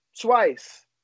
twice